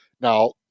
Now